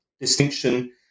distinction